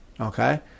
Okay